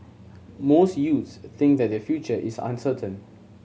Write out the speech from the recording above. most youths a think that their future is uncertain